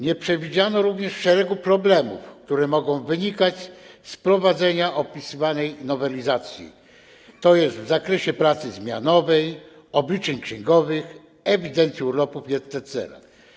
Nie przewidziano również szeregu problemów, które mogą wynikać z wprowadzenia opisywanej nowelizacji, tj. w zakresie pracy zmianowej, obliczeń księgowych, ewidencji urlopów i etc.